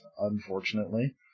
unfortunately